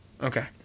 Okay